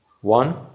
One